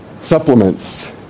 supplements